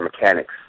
mechanics